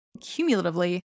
cumulatively